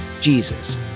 Jesus